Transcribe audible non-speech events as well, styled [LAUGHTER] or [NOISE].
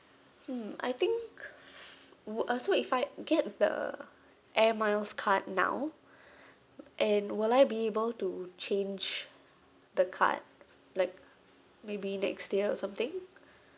hmm I think [NOISE] uh so if I get the air miles card now [BREATH] and will I be able to change the card like maybe next year or something